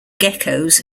geckos